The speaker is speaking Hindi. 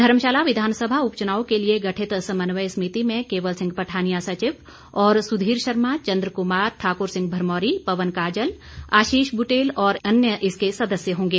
धर्मशाला विधानसभा उपचुनाव के लिए गठित समन्वय समिति में केवल सिंह पठानिया सचिव और सुधीर शर्मा चंद्र कुमार ठाकुर सिंह भरमौरी पवन काजल आशीष बुटेल और अन्य इसके सदस्य होंगे